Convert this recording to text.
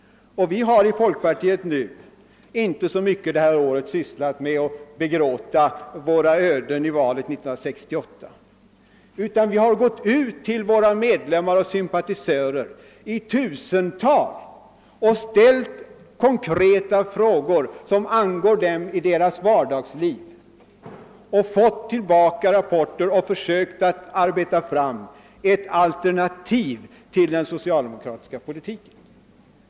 Vi har i folkpartiet under detta år inte sysslat så mycket med att begråta våra öden i valet 1968, utan vi har gått ut till våra medlemmar och sympatisörer och ställt konkreta frågor som angår dem i deras vardagsliv. Vi har fått tillbaka rapporter och sökt att på grundval av dem arbeta fram ett alternativ till den socialdemokratiska politiken.